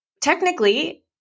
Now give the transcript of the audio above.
technically